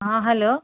ହଁ ହ୍ୟାଲୋ